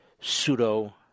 pseudo